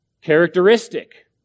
characteristic